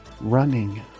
Running